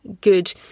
good